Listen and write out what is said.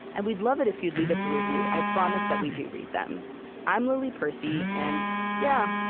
and we'd love it if you'd leave us a review. i promise that we do read them i'm lily percy, and yeah,